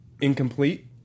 incomplete